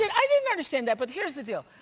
and i didn't understand that. but here's the deal.